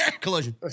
collision